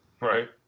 Right